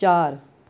ਚਾਰ